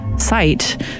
site